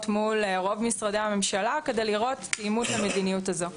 מול רוב משרדי הממשלה כדי לראות אימות למדיניות הזו.